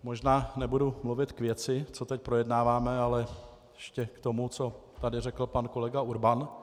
Možná nebudu mluvit k věci, co teď projednáváme, ale ještě k tomu, co tady řekl pan kolega Urban.